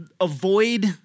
avoid